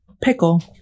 Pickle